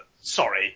Sorry